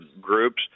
groups